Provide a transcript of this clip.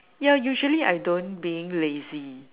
ya usually I don't being lazy